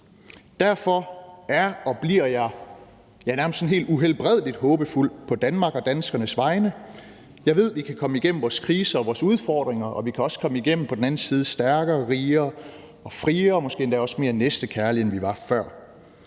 Derfor er og bliver jeg nærmest sådan helt uhelbredelig håbefuld på Danmark og danskernes vegne. Jeg ved, vi kan komme igennem vores kriser og vores udfordringer, og vi kan også komme over på den anden side stærkere, rigere og friere og måske også mere næstekærlige, end vi var før.